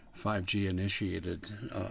5G-initiated